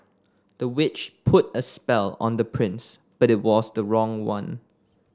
the witch put a spell on the prince but it was the wrong one